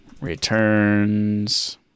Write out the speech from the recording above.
returns